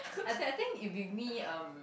I think I think if be me um